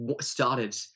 started